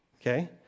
okay